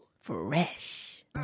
fresh